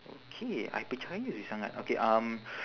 okay I percaya you sangat okay um